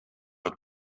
het